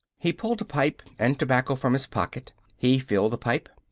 he pulled a pipe and tobacco from his pocket. he filled the pipe.